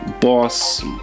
boss